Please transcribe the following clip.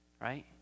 right